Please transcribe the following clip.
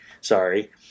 Sorry